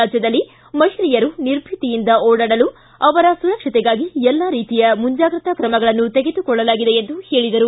ರಾಜ್ಯದಲ್ಲಿ ಮಹಿಳೆಯರು ನಿರ್ಭೀತಿಯಿಂದ ಓಡಾಡಲು ಅವರ ಸುರಕ್ಷತೆಗಾಗಿ ಎಲ್ಲಾ ರೀತಿಯ ಮುಂಜಾಗ್ರತಾ ತ್ರಮಗಳನ್ನು ತೆಗೆದುಕೊಳ್ಳಲಾಗಿದೆ ಎಂದು ಹೇಳಿದರು